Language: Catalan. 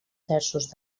terços